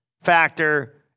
factor